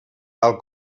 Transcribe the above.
tal